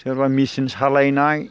सोरबा मेसिन सालायनाय